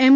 એમ